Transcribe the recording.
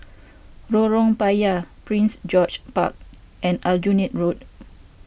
Lorong Payah Prince George's Park and Aljunied Road